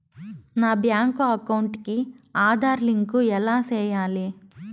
నా bank account కి Aadhaar link ఎలా సేయాలి